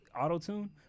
auto-tune